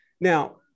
Now